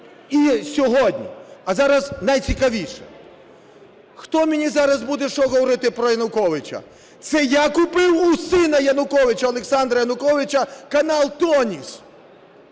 і сьогодні. А зараз найцікавіше. Хто мені зараз буде що говорити про Януковича. Це я купив у сина Януковича Олександра Януковича канал "Тоніс"